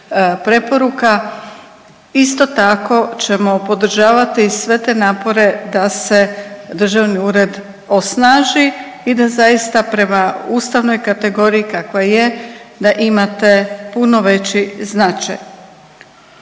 preporuka isto tako ćemo podržavati i sve te napore da se Državni ured osnaži i da zaista prema ustavnoj kategoriji kakva je da imate puno veći značaj.